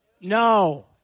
No